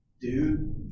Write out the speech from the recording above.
dude